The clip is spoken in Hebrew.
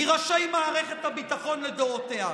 מראשי מערכת הביטחון לדורותיה,